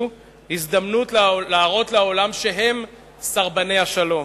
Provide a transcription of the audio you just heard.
הזדמנות להראות לעולם שהם סרבני השלום.